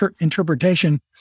interpretation